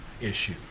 issue